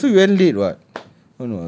we also went late what